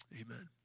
Amen